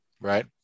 right